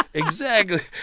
exactly.